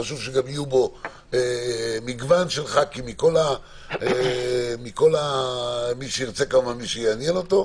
חשוב שיהיו בו מגוון של חברי כנסת מכל מי שיעניין אותו,